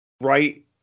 right